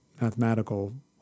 mathematical